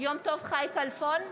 יום טוב חי כלפון,